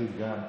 לעתיד גם.